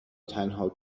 تنها